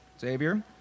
Xavier